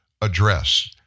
address